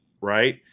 right